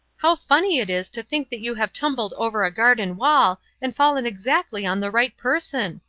how funny it is to think that you have tumbled over a garden wall and fallen exactly on the right person!